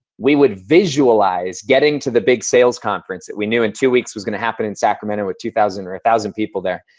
we would visualize getting to the big sales conference that we knew in two weeks was going to happen in sacramento with two thousand or a thousand people there.